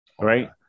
Right